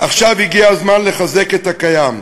עכשיו הגיע הזמן לחזק את הקיים,